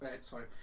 sorry